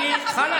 תודה